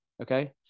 Okay